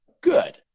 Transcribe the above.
good